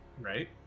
right